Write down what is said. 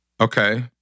Okay